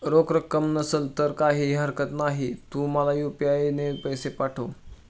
रोख रक्कम नसेल तर काहीही हरकत नाही, तू मला यू.पी.आय ने पैसे पाठव